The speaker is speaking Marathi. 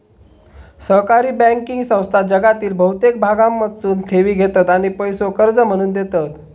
सहकारी बँकिंग संस्था जगातील बहुतेक भागांमधसून ठेवी घेतत आणि पैसो कर्ज म्हणून देतत